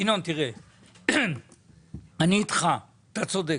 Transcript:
ינון תראה אני איתך אתה צודק.